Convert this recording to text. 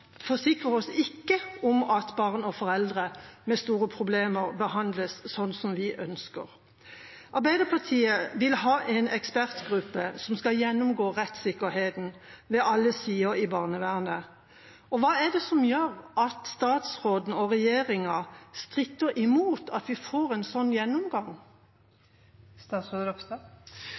barn og foreldre med store problemer behandles sånn som vi ønsker. Arbeiderpartiet vil ha en ekspertgruppe som skal gjennomgå rettssikkerheten ved alle sider i barnevernet. Hva er det som gjør at statsråden og regjeringa stritter imot at vi får en sånn gjennomgang?